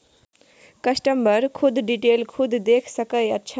customer खुद detail खुद देख सके अच्छा